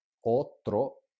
Otro